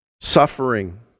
suffering